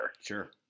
Sure